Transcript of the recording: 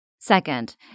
Second